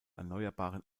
erneuerbaren